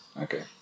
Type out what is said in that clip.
okay